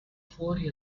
fuori